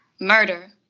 murder